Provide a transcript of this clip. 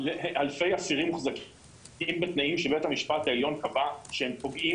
אלפי אסירים מוחזקים בתנאים שבית המשפט העליון קבע שהם פוגעים